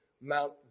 Mount